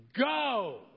go